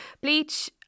bleach